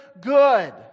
good